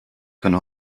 kann